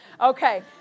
Okay